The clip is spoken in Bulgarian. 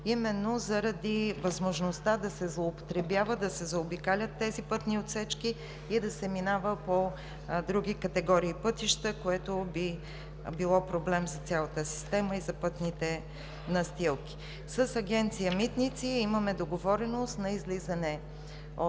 именно заради възможността да се злоупотребява, да се заобикалят тези пътни отсечки и да се минава по други категории пътища, което би било проблем за цялата система и за пътните настилки. С Агенция „Митници“ имаме договореност на излизане от